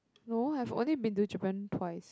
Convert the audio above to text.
no have only been to Japan twice